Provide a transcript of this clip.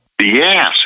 Yes